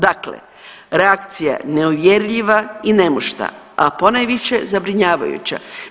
Dakle reakcija neuvjerljiva i nemušta, a ponajviše zabrinjavajuća.